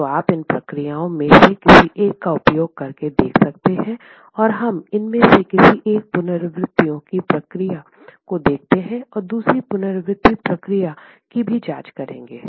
तो आप इन प्रक्रियाओं में से किसी एक का उपयोग करके देख सकते हैं और हम इनमें से किसी एक पुनरावृत्तियों की प्रक्रिया को देखते हैं और दूसरी पुनरावृत्ति प्रक्रिया की भी जाँच करेंगे